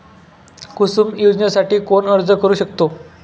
कुसुम योजनेसाठी कोण अर्ज करू शकतो?